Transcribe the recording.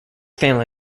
family